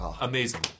Amazing